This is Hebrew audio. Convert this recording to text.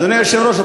אדוני היושב-ראש,